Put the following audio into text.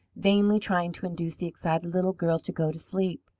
vainly trying to induce the excited little girl to go to sleep,